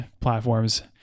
platforms